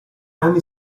anni